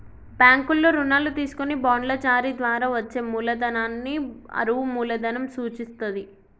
బ్యాంకుల్లో రుణాలు తీసుకొని బాండ్ల జారీ ద్వారా వచ్చే మూలధనాన్ని అరువు మూలధనం సూచిత్తది